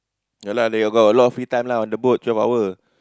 ya lah they got a lot of free time lah on the boat twelve hour